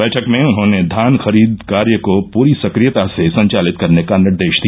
बैठक में उन्होंने धान खरीद कार्य को पूरी सक्रियता से संचालित करने का निर्देश दिया